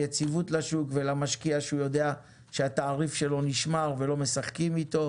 ויציבות לשוק ולמשקיע שהוא יודע שהתעריף שלו נשמר ולא משחקים איתו.